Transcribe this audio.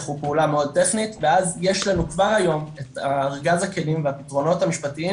הוא פעולה מאוד טכנית ואז יש לנו כבר היום את ארגז הכלים והפתרונות המשפטיים